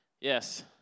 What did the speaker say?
Yes